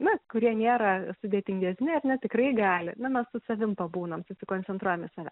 na kurie nėra sudėtingesni ar ne tikrai gali na mes su savim pabūnam susikoncentruojam į save